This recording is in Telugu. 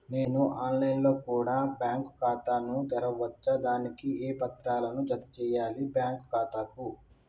నేను ఆన్ లైన్ లో కూడా బ్యాంకు ఖాతా ను తెరవ వచ్చా? దానికి ఏ పత్రాలను జత చేయాలి బ్యాంకు ఖాతాకు?